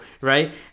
right